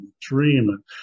dream